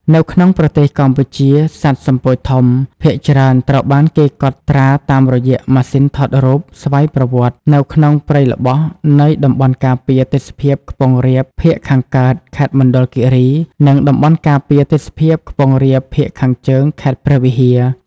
នៅក្នុងប្រទេសកម្ពុជា សត្វសំពោចធំ ភាគច្រើនត្រូវបានគេកត់ត្រាតាមរយៈម៉ាស៊ីនថតរូបស្វ័យប្រវត្តនៅក្នុងព្រៃល្បោះនៃតំបន់ការពារទេសភាពខ្ពង់រាបភាគខាងកើត ខេត្តមណ្ឌលគិរី និងតំបន់ការពារទេសភាពខ្ពង់រាបភាគខាងជើង ខេត្តព្រះវិហារ។